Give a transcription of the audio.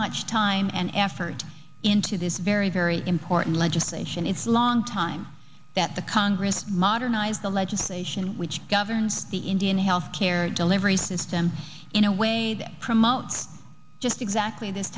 much time and effort into this very very important legislation it's long time that the congress modernize the legislation which governs the indian health care delivery system in a way that promotes just exactly this